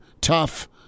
tough